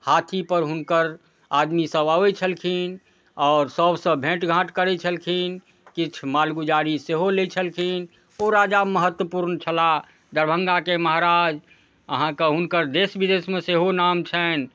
हाथीपर हुनकर आदमीसब आबै छलखिन आओर सबसँ भेँट घाँट करै छलखिन किछु मालगुजारी सेहो लै छलखिन ओ राजा महत्वपूर्ण छलाह दरभङ्गाके महाराज अहाँके हुनकर देश विदेशमे सेहो नाम छनि